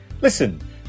Listen